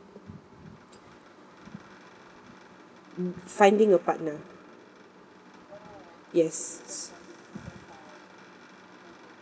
finding a partner yes